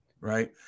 Right